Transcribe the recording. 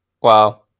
Wow